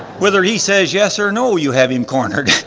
whether he says yes or no you have him cornered,